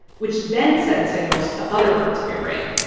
which then send signals to other parts of your brain,